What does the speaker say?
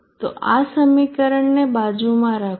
તો આ સમીકરણને બાજુમાં રાખો